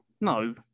No